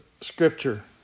scripture